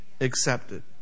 accepted